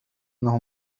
إنه